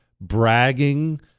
bragging